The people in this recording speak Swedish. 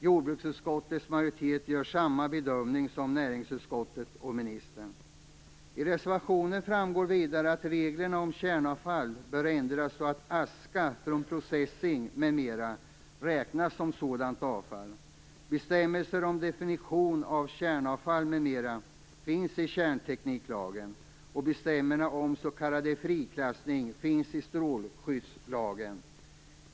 Jordbruksutskottets majoritet gör samma bedömning som näringsutskottet och ministern. Enligt reservanterna bör vidare reglerna om kärnavfall ändras så att aska från processing m.m. räknas som sådant avfall. Bestämmelser om definition av kärnavfall m.m. finns i kärntekniklagen. Bestämmelser om s.k. friklassning finns i strålskyddslagen.